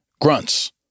grunts